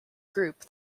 group